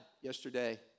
yesterday